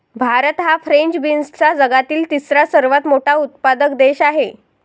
भारत हा फ्रेंच बीन्सचा जगातील तिसरा सर्वात मोठा उत्पादक देश आहे